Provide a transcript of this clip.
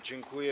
Dziękuję.